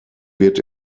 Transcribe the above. wird